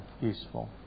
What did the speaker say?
useful